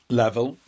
level